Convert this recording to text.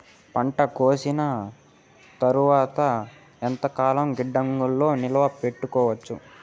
పంట కోసేసిన తర్వాత ఎంతకాలం గిడ్డంగులలో నిలువ పెట్టొచ్చు?